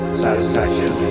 satisfaction